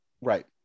Right